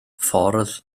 ffordd